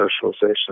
socialization